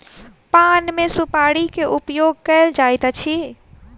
पान मे सुपाड़ी के उपयोग कयल जाइत अछि